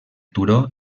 turó